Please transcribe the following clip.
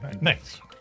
Next